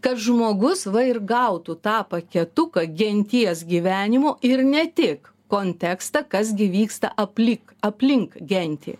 kad žmogus va ir gautų tą paketuką genties gyvenimo ir ne tik kontekstą kas gi vyksta aplik aplink gentį